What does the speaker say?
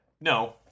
No